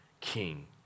king